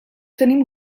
tenim